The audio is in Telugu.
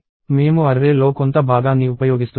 మేము అర్రే లో కొంత భాగాన్ని ఉపయోగిస్తున్నాము